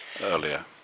earlier